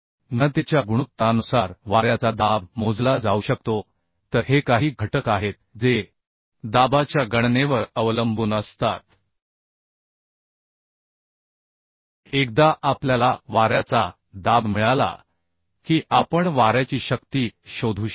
घनतेच्या गुणोत्तरानुसार वाऱ्याचा दाब मोजला जाऊ शकतो तर हे काही घटक आहेत जे दाबाच्या गणनेवर अवलंबून असतात एकदा आपल्याला वाऱ्याचा दाब मिळाला की आपण वाऱ्याची शक्ती शोधू शकतो